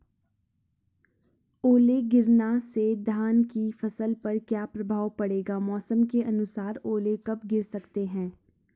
ओले गिरना से धान की फसल पर क्या प्रभाव पड़ेगा मौसम के अनुसार ओले कब गिर सकते हैं?